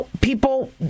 people